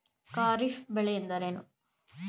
ಖಾರಿಫ್ ಬೆಳೆ ಎಂದರೇನು?